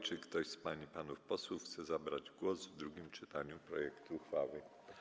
Czy ktoś z pań i panów posłów chce zabrać głos w drugim czytaniu projektu uchwały?